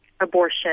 abortion